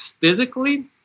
physically